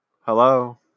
Hello